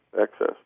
excess